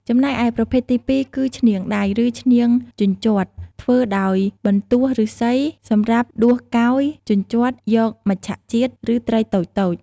ចំណែកឯប្រភេទទីពីរគឺ ឈ្នាងដៃ ឬឈ្នាងជញ្ជាត់ ធ្វើដោយបន្ទោះឫស្សីសម្រាប់ដួសកោយ ជញ្ជាត់ យកមច្ឆជាតិ ឬត្រីតូចៗ។